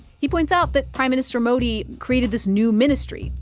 he points out that prime minister modi created this new ministry,